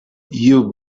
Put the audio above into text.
you